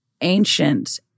ancient